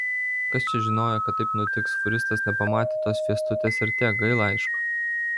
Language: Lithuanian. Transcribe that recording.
kas čia žinojo kad taip nutiks fūristas nepamatė tos fiestukės ir tiek gaila aišku